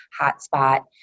hotspot